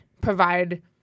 provide